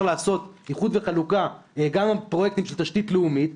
לעשות איחוד וחלוקה גם על פרויקטים של תשתית לאומית.